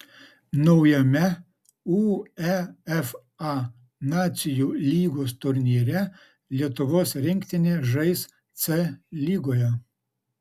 naujame uefa nacijų lygos turnyre lietuvos rinktinė žais c lygoje